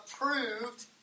approved